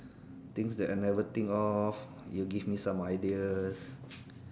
things that I never think of you give me some ideas